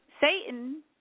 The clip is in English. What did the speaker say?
Satan